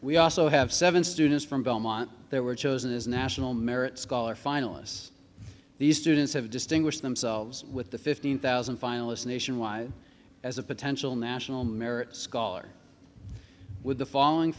we also have seven students from belmont that were chosen as national merit scholar finalists these students have distinguished themselves with the fifteen thousand finalists nationwide as a potential national merit scholar with the following